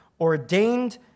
ordained